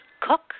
cook